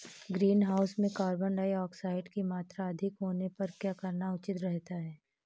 Greenhouse में carbon dioxide की मात्रा अधिक होने पर क्या करना उचित रहता है?